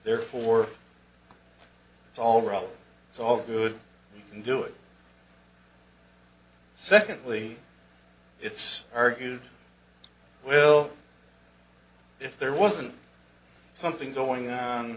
therefore it's alright it's all good you can do it secondly it's argued well if there wasn't something going on